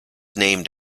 named